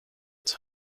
its